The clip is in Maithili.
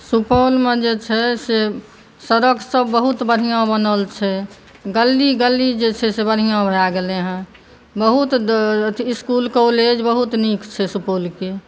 सुपौलमे जे छै से सड़क सभ बहुत बढ़िऑं बनल छै गली गलीमे जे छै से बढ़िऑं भऽ गेलै हँ बहुत इसकुल कॉलेज बहुत नीक छै सुपौलके